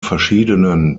verschiedenen